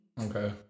Okay